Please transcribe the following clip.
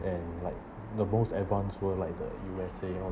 and like the most advanced world like the U_S_A